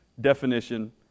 definition